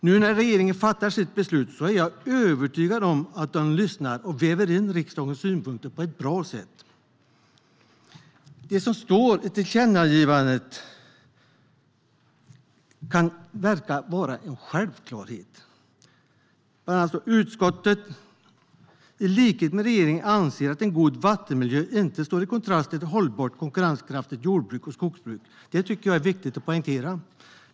När nu regeringen fattar sitt beslut är jag övertygad om att man lyssnar och väver in riksdagens synpunkter på ett bra sätt. Det som står i tillkännagivandet kan verka vara en självklarhet. Utskottet, i likhet med regeringen, anser att en god vattenmiljö inte står i kontrast till ett hållbart, konkurrenskraftigt jord och skogsbruk. Det tycker jag är viktigt att poängtera.